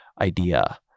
idea